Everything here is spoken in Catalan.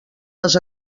les